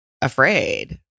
afraid